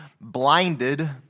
Blinded